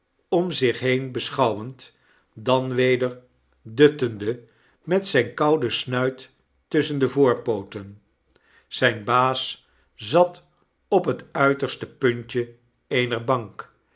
om zich been beschouwend dan weder duttende met zgn kouden snuit tusschen de voorpooten zjjn baas zat op het uiterste puntje eener bank